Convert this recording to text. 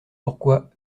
pourquoi